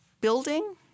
building